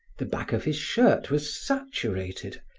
the back of his shirt was saturated,